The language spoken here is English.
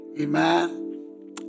Amen